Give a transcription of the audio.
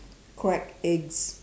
crack eggs